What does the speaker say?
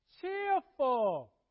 cheerful